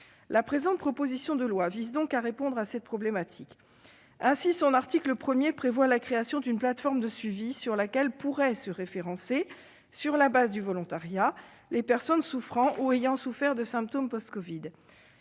La présente proposition de loi vise donc à répondre à cette problématique. Ainsi, son article 1 prévoit la création d'une plateforme de suivi sur laquelle pourraient se référencer, sur la base du volontariat, les personnes souffrant ou ayant souffert de symptômes post-covid.